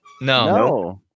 No